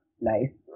nice